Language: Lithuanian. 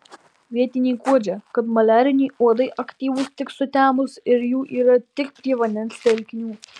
vietiniai guodžia kad maliariniai uodai aktyvūs tik sutemus ir jų yra tik prie vandens telkinių